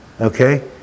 Okay